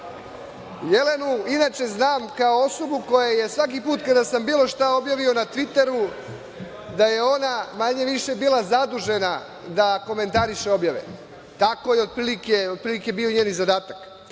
Jelenu inače znam kao osobu koja je bila svaki put, kada sam bilo šta objavio na Tviteru, manje, više zadužena da komentariše objave. Tako je otprilike i bio njen zadatak.